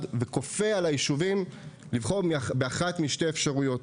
וכופה על היישובים לבחור באחת משתי אפשרויות,